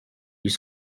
ils